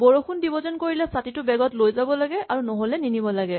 বৰষুণ দিব যেন কৰিলে ছাতিটো বেগত লৈ যাব লাগে আৰু নহ'লে নিনিব লাগে